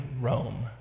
Rome